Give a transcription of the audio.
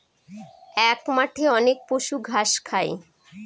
এক মাঠে অনেক পশু ঘাস খায়